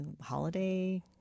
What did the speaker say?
holiday